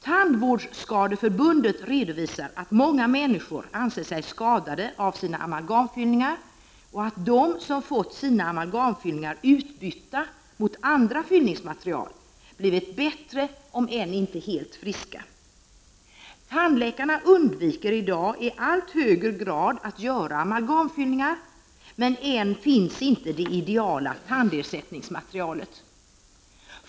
Tandvårdsskadeförbundet redovisar att många människor anser sig skadade av sina amalgamfyllningar och att de som har fått sina amalgamfyllningar utbytta mot andra fyllningsmaterial blivit bättre, om än inte helt friska. Tandläkarna undviker i dag i allt högre grad att göra amalgamfyllningar, men än finns inte det ideala tandersättningsmaterialet.